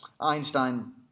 Einstein